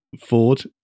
ford